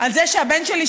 על זה שהבן שלי,